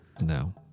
No